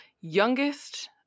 youngest